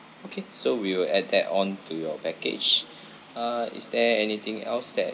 okay so we will add that on to your package uh is there anything else that